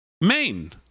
Maine